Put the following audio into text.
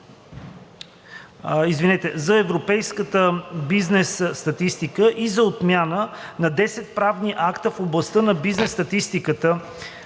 2019 г. за европейската бизнес статистика и за отмяна на 10 правни акта в областта на бизнес статистиката